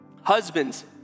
husbands